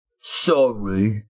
Sorry